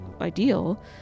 ideal